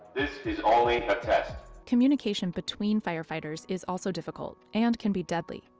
is only a communication between firefighters is also difficult and can be deadly.